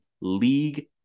league